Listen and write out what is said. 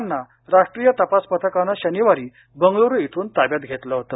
त्यांना राष्ट्रीय तपास पथकानं शनिवारी बंगळुरू इथून ताब्यात घेतलं होतं